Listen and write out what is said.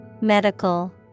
Medical